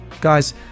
guys